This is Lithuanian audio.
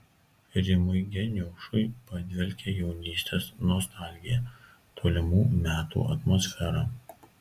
rimui geniušui padvelkia jaunystės nostalgija tolimų metų atmosfera